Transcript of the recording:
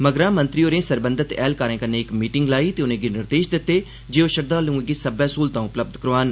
मगरा मंत्री होरें सरबंधत ऐह्लकारें कन्नै इक मीटिंग लाई ते उनें'गी निर्देश दित्ते जे ओह् श्रद्वालुएं गी सब्बै स्हूलतां उपलब्ध करोआन